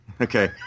Okay